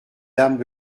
dames